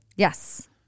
Yes